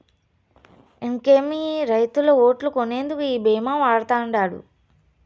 ఇనకేమి, రైతుల ఓట్లు కొనేందుకు ఈ భీమా వాడతండాడు